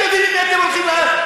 אתם הייתם צריכים להיות.